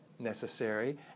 necessary